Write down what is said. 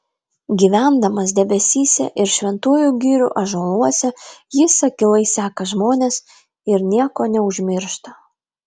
gyvendamas debesyse ir šventųjų girių ąžuoluose jis akylai seka žmones ir nieko neužmiršta